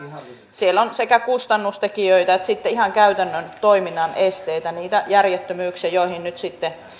siellä on sekä kustannustekijöitä että sitten ihan käytännön toiminnan esteitä niitä järjettömyyksiä joihin nyt sitten